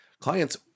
clients